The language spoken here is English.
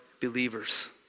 believers